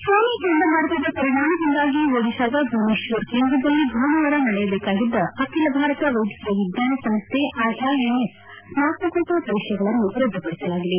ಫೋನಿ ಚಂಡಮಾರುತದ ಪರಿಣಾಮದಿಂದಾಗಿ ಒಡಿಶಾದ ಭುವನೇಶ್ವರ ಕೇಂದ್ರದಲ್ಲಿ ಭಾನುವಾರ ನಡೆಯಬೇಕಾಗಿದ್ದ ಅಖಿಲ ಭಾರತ ವೈದ್ಯಕೀಯ ವಿಜ್ಞಾನ ಸಂಸ್ಥೆ ಐಐಎಂಎಸ್ ಸ್ನಾತಕೋತ್ತರ ಪರೀಕ್ಷೆಗಳನ್ನು ರದ್ದುಪಡಿಸಲಾಗಿದೆ